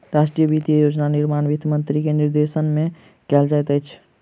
राष्ट्रक वित्तीय योजना निर्माण वित्त मंत्री के निर्देशन में कयल जाइत अछि